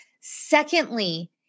Secondly